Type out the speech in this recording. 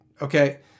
Okay